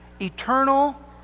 eternal